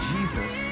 Jesus